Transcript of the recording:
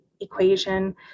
equation